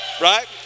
Right